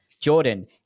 Jordan